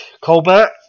Colbert